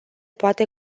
poate